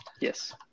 yes